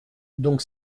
donc